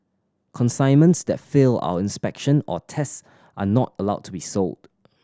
consignments that fail our inspection or tests are not allowed to be sold